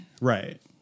right